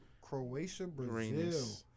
Croatia-Brazil